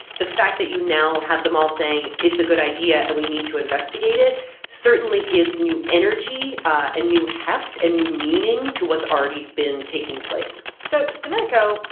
the fact that you now have them all saying it's a good idea and we need to investigate it certainly gives new energy and new heft and new meaning to what's already been taking place so domenico,